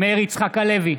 מאיר יצחק הלוי,